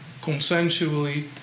consensually